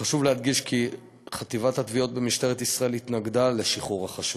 חשוב להדגיש כי חטיבת התביעות במשטרת ישראל התנגדה לשחרור החשוד.